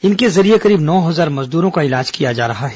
इनके जरिये करीब नौ हजार मजदूरो का इलाज किया जा रहा है